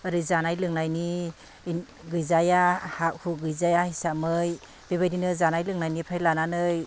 ओरै जानाय लोंनायनि गैजाया हा हु गैजाया हिसाबमै बेबायदिनो जानाय लोंनायनिफ्राय लानानै